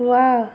ವಾ